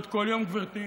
להיות כל יום, גברתי,